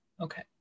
Okay